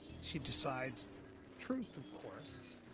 she decides truth, of course,